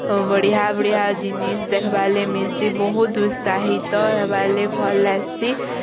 ବଢ଼ିଆ ବଢ଼ିଆ ଜିନିଷ୍ ଦେଖବାର୍ ଲାଗି ମିଲସି ବୋହୁତ୍ ଉତ୍ସାହିତ ହେବାର୍ ଲାଗି ଭଲ୍ ଲାଗସି